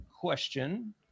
question